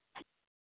हाँ